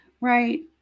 Right